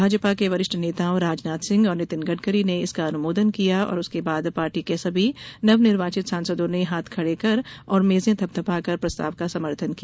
भाजपा के वरिष्ठ नेताओं राजनाथ सिंह और नितिन गडकरी ने इसका अनुमोदन किया और उसके बाद पार्टी के सभी नवनिर्वाचित सांसदों ने हाथ खड़े कर और मेजें थपथपाकर प्रस्ताव का समर्थन किया